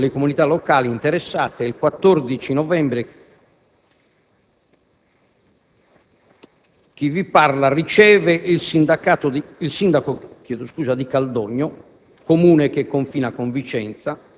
Sempre al fine di coinvolgere le realtà locali interessate, il 14 novembre chi vi parla riceve il Sindaco di Caldogno,